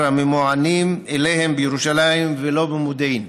הממוענים אליהם בירושלים ולא במודיעין.